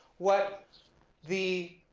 what the